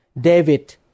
David